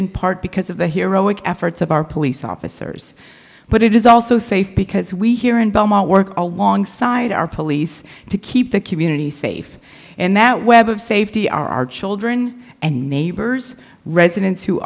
in part because of the heroic efforts of our police officers but it is also safe because we here in beaumont work alongside our police to keep the community safe and that web of safety are our children and neighbors residents who